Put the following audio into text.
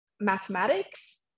mathematics